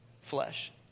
flesh